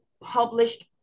published